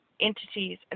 entities